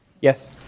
Yes